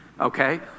Okay